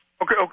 Okay